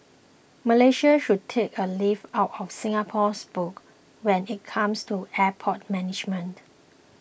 Malaysia should take a leaf out of Singapore's book when it comes to airport management